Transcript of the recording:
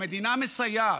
המדינה מסייעת,